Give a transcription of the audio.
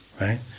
right